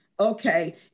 Okay